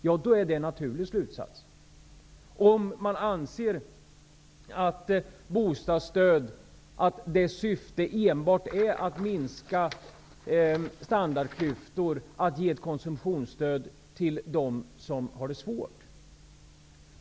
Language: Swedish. Då anser man att syftet med bostadsstödet enbart är att minska standardklyftor och att ge ett konsumtionsstöd till dem som har det svårt.